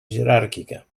jeràrquica